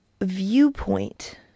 viewpoint